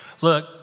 Look